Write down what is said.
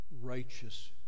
righteous